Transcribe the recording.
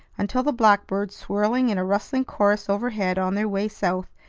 until the blackbirds, swirling in a rustling chorus overhead on their way south,